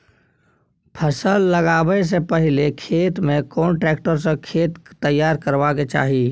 फसल लगाबै स पहिले खेत में कोन ट्रैक्टर स खेत तैयार करबा के चाही?